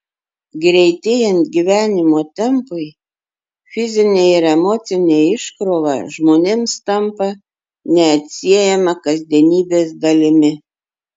greitėjant gyvenimo tempui fizinė ir emocinė iškrova žmonėms tampa neatsiejama kasdienybės dalimi